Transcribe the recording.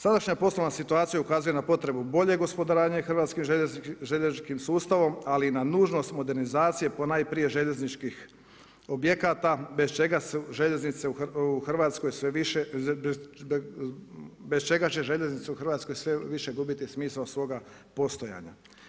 Sadašnja poslovna situacija ukazuje na potrebu boljeg gospodarenja hrvatskim željezničkim sustavom ali na nužnost modernizacije ponajprije željezničkih objekata bez čega su željeznice u Hrvatskoj sve više, bez čega će željeznice u Hrvatskoj sve više gubiti smisao svoga postojanja.